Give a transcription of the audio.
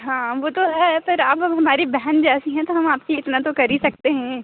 हाँ वो तो है पर आप अब हमारी बहन जैसी हैं तो हम आपके इतना तो कर ही सकते हैं